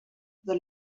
the